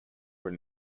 were